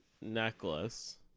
necklace